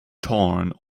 torn